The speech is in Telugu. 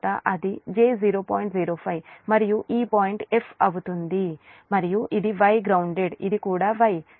05 మరియు ఈ పాయింట్ f అవుతుంది మరియు ఇది Y గ్రౌన్దేడ్ ఇది కూడా Y